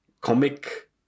comic